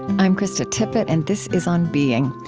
i'm krista tippett, and this is on being.